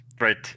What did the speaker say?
right